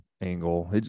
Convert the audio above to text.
angle